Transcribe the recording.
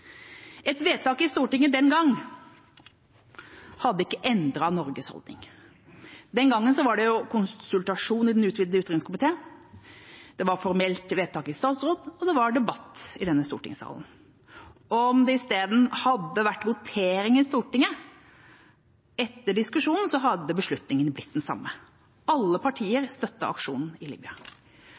Et vedtak i Stortinget den gang hadde ikke endret Norges holdning. Den gangen var det konsultasjon i den utvidete utenriks- og forsvarskomité, det var formelt vedtak i statsråd, og det var debatt her i stortingssalen. Og om det i stedet hadde vært votering i Stortinget etter diskusjonen, hadde beslutningen blitt den samme. Alle partier støttet aksjonen i